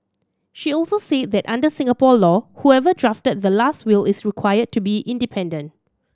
she also said that under Singapore law whoever drafted the last will is required to be independent